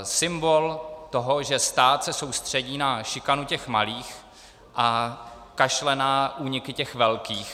Symbol toho, že stát se soustředí na šikanu těch malých a kašle na úniky těch velkých.